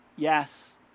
Yes